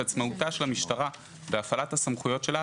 עצמאותה של המשטרה בהפעלת הסמכויות שלה